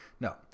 No